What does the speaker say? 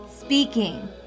speaking